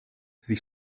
sie